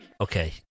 Okay